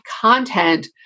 content